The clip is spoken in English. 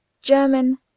German